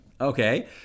Okay